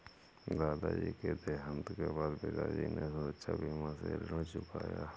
दादाजी के देहांत के बाद पिताजी ने सुरक्षा बीमा से ऋण चुकाया